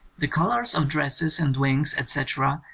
the colours of dresses and wings, etc,